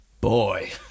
boy